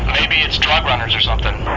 maybe it's drug runners or something?